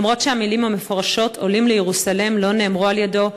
למרות שהמילים המפורשות "עולים לירושֹלם" לא נאמרו על-ידו,